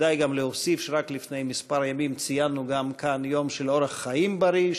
כדאי גם להוסיף שרק לפני כמה ימים גם ציינו כאן יום של אורח חיים בריא,